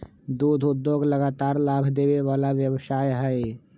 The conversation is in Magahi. दुध उद्योग लगातार लाभ देबे वला व्यवसाय हइ